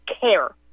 care